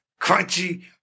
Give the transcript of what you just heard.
crunchy